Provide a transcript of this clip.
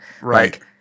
Right